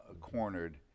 cornered